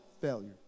failure